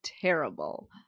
Terrible